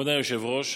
כבוד היושב-ראש,